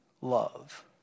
love